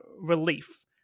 relief